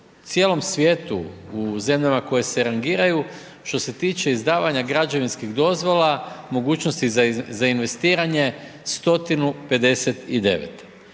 cijelom svijetu, u zemljama koje se rangiraju, što se tiče izdavanje građevinskih dozvola, mogućnosti za investiranje 159.